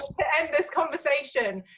to end this conversation.